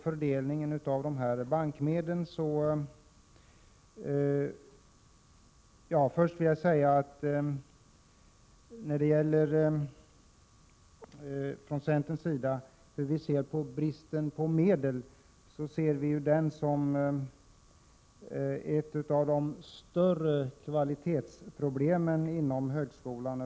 Från centern ser vi bristen på medel som ett av de större kvalitetsproblemen inom högskolan.